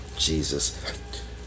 Jesus